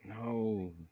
No